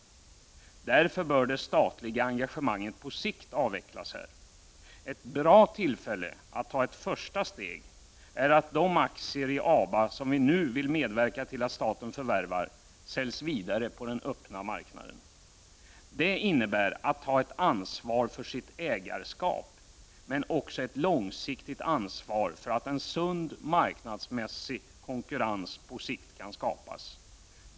Därför bör det statliga engagemanget på sikt avvecklas. Ett bra tillfälle att ta ett första steg är att de aktier i ABA som vi nu vill medverka till att staten förvärvar säljs vidare på den öppna marknaden. Det innebär att ta ett ansvar för sitt ägarskap men också att ta ett långsiktigt ansvar för att en sund marknadsmässig konkurrens på sikt kan skapas.